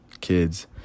kids